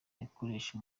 yakoresha